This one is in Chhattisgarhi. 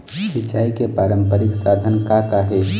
सिचाई के पारंपरिक साधन का का हे?